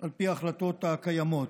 על פי ההחלטות הקיימות.